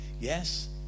yes